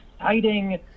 exciting